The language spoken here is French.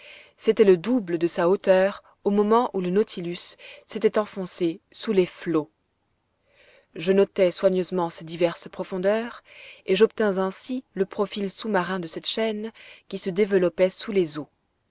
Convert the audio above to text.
c'était le double de sa hauteur au moment où le nautilus s'était enfoncé sous les flots je notai soigneusement ces diverses profondeurs et j'obtins ainsi le profil sous-marin de cette chaîne qui se développait sous les eaux